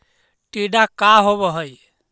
टीडा का होव हैं?